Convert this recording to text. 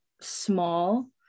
small